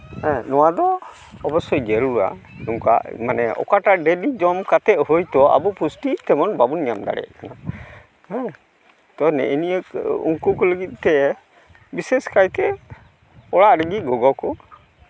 ᱦᱮᱸ ᱱᱚᱣᱟ ᱫᱚ ᱚᱵᱳᱥᱥᱳᱭ ᱡᱟᱨᱩᱲᱟ ᱚᱠᱟ ᱢᱟᱱᱮ ᱚᱠᱟᱴᱟᱜ ᱰᱟᱹᱞ ᱡᱚᱢ ᱠᱟᱛᱮ ᱦᱳᱭᱛᱳ ᱟᱵᱚ ᱯᱚᱥᱴᱤ ᱛᱮᱢᱚᱱ ᱵᱟᱵᱚᱱ ᱧᱟᱢ ᱫᱟᱲᱮᱭᱟᱜ ᱠᱟᱱᱟ ᱦᱮᱸ ᱛᱚ ᱱᱮᱜᱼᱮ ᱱᱤᱭᱟᱹ ᱩᱱᱠᱩ ᱠᱚ ᱞᱟᱹᱜᱤᱫ ᱛᱮ ᱵᱤᱥᱮᱥ ᱠᱟᱭᱛᱮ ᱚᱲᱟᱜ ᱨᱮᱜᱮ ᱜᱚᱜᱚ ᱠᱚ